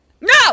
No